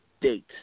date